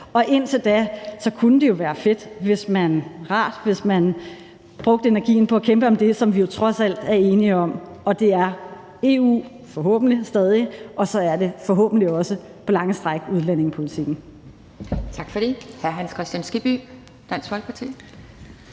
Og indtil da kunne det jo være rart, hvis man brugte energien på at kæmpe for det, vi trods alt er enige om, og det er EU – forhåbentlig stadig – og så er det forhåbentlig også på lange stræk udlændingepolitikken.